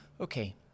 Okay